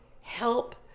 help